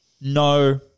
no